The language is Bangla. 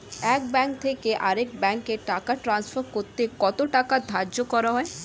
এক ব্যাংক থেকে আরেক ব্যাংকে টাকা টান্সফার করতে কত টাকা ধার্য করা হয়?